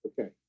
Okay